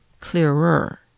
clearer